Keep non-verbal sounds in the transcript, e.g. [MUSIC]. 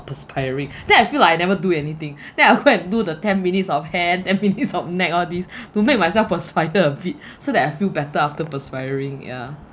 perspiring then I feel like I never do anything [BREATH] then I go and do the ten minutes of hand ten minutes of neck all these [BREATH] to make myself perspire a bit [BREATH] so that I feel better after perspiring ya